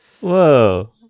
Whoa